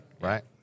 Right